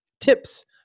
tips